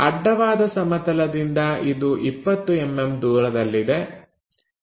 ಅಡ್ಡವಾದ ಸಮತಲದಿಂದ ಇದು 20mm ದೂರದಲ್ಲಿದೆ